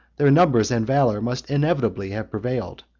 their numbers and valor must inevitably have prevailed.